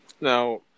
Now